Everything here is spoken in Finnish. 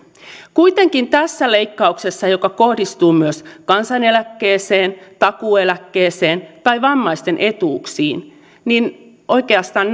kuitenkaan tässä leikkauksessa joka kohdistuu myös kansaneläkkeeseen takuueläkkeeseen tai vammaisten etuuksiin näille ihmisille ei oikeastaan